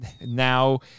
now